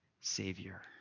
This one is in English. savior